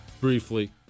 briefly